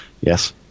yes